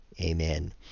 Amen